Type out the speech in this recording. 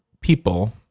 people